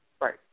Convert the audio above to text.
Right